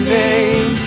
name